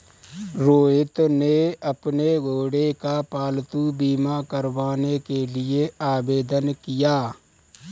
रोहित ने अपने घोड़े का पालतू बीमा करवाने के लिए आवेदन किया